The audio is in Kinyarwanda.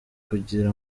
kugira